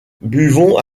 buvons